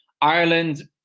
Ireland